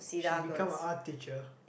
she become a art teacher